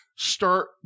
Start